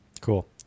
cool